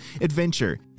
adventure